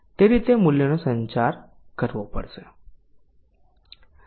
તે રીતે મૂલ્યનો સંચાર કરવો પડે છે